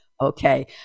Okay